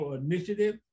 initiative